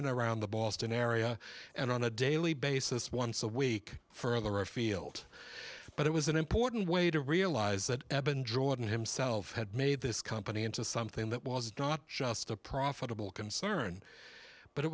and around the boston area and on a daily basis once a week further afield but it was an important way to realize that eben jordan himself had made this company into something that was dog just a profitable concern but it